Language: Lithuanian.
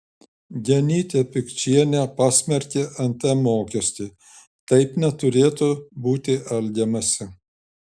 genytė pikčienė pasmerkė nt mokestį taip neturėtų būti elgiamasi